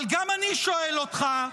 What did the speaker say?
אבל גם אני שואל אותך: